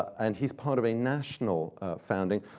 and he's part of a national founding.